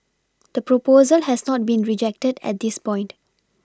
the proposal has not been rejected at this point